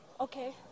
Okay